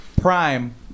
Prime